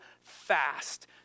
fast